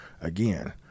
again